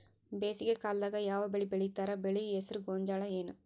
ಬೇಸಿಗೆ ಕಾಲದಾಗ ಯಾವ್ ಬೆಳಿ ಬೆಳಿತಾರ, ಬೆಳಿ ಹೆಸರು ಗೋಂಜಾಳ ಏನ್?